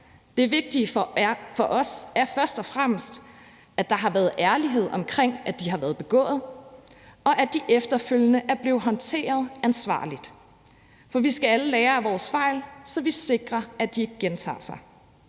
Det vigtige for os er først og fremmest, at der har været ærlighed omkring, at de er blevet begået, og at de efterfølgende er blevet håndteret ansvarligt. For vi skal alle lære af vores fejl, så vi sikrer, at de ikke gentager sig.